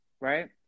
right